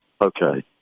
Okay